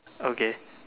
okay